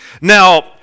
Now